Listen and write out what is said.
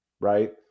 Right